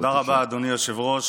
תודה רבה, אדוני היושב-ראש.